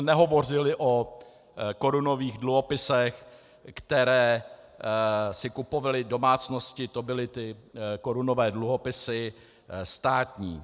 Nehovořili jsme o korunových dluhopisech, které si kupovaly domácnosti, to byly ty korunové dluhopisy státní.